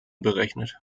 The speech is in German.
berechnet